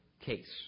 case